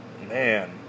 Man